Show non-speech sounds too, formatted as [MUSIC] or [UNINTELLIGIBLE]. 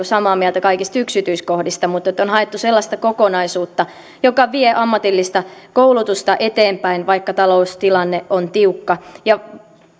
[UNINTELLIGIBLE] samaa mieltä kaikista yksityiskohdista mutta on haettu sellaista kokonaisuutta joka vie ammatillista koulutusta eteenpäin vaikka taloustilanne on tiukka ja